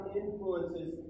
influences